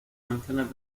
menciones